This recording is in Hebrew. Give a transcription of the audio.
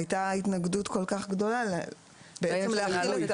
היתה התנגדות כל-כך גדולה בעצם להחיל את